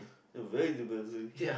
very depressing